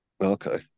Okay